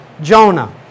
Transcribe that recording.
Jonah